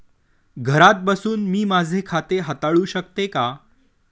घरात बसून मी माझे खाते हाताळू शकते का?